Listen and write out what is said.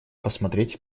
посмотреть